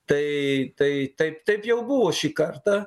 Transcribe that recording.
tai tai taip taip jau buvo šį kartą